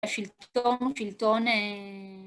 השילטון הוא שילטון אה...